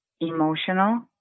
emotional